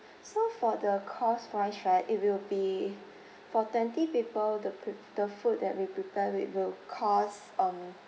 so for the cost wise right it will be for twenty people the food the food that we prepare it will cost um